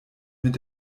mit